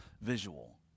visual